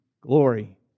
glory